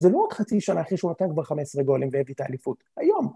זה לא עוד חצי שנה אחרי שהוא נתן כבר 15 גולים והביא את האליפות, היום.